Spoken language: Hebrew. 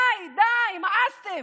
די, די, נמאסתם.